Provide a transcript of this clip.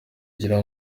ugira